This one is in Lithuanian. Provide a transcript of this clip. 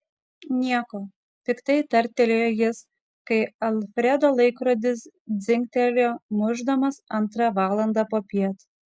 nieko piktai tarstelėjo jis kai alfredo laikrodis dzingtelėjo mušdamas antrą valandą popiet